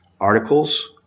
articles